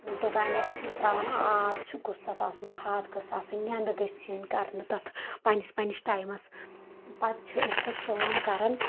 توتانیٚتھ چھِس تراوان آب چھُ گوٚژ تَتھ آسُن خاد گٔژھ آسٕنۍ نیٚنٛدٕ گٔژھ یِنۍ کَرنہٕ تَتھ پَنٕنِس پَنٕنِس ٹایمَس پَتہٕ چھِ أسۍ تَتھ کام کَران